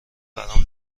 برام